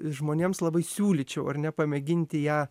žmonėms labai siūlyčiau ar ne pamėginti ją